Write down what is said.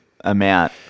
amount